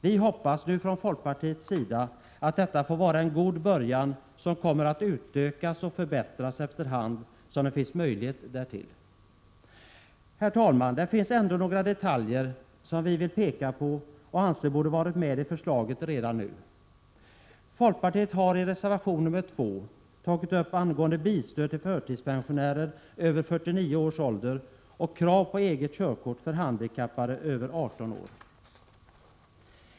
Vi hoppas nu från folkpartiets sida att detta får vara en god början och att stödet kommer att utökas och förbättras efter hand som det finns möjlighet därtill. Herr talman! Det finns ändå några detaljer som vi vill peka på och som vi anser borde ha varit med i förslaget redan nu. Folkpartiet har i reservation nr 2 tagit upp bilstöd till förtidspensionärer över 49 års ålder och krav på eget körkort för handikappade över 18 år.